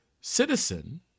citizen